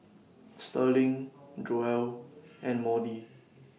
Sterling Joell and Maudie